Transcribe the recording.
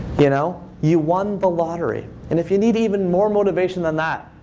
you know you won the lottery. and if you need even more motivation than that,